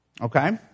okay